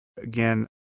again